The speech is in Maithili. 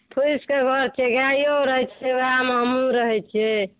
फुसिके घर छै गाइओ रहैत छै उएहमे हमहूँ रहैत छियै